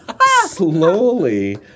slowly